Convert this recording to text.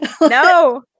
No